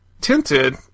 tinted